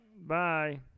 Bye